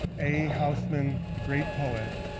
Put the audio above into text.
a e. houseman, the great poet,